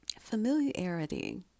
Familiarity